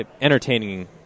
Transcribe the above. entertaining